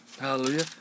Hallelujah